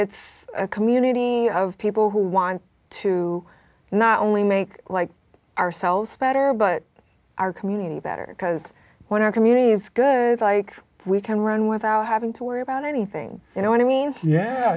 it's a community of people who want to not only make like ourselves better but our community better because when our communities good like we can run without having to worry about anything you know what i mean yeah